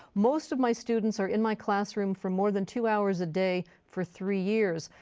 most of my students are in my classroom for more than two hours a day for three years.